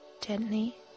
gently